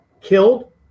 killed